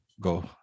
go